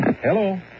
Hello